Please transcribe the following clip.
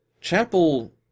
Chapel